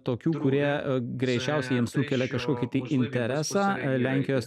tokių kurie greičiausiai jums sukelia kažkokį interesą lenkijos